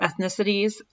ethnicities